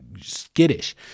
skittish